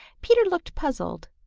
peter looked puzzled.